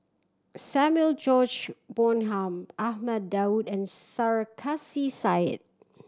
Samuel George Bonham Ahmad Daud and Sarkasi Said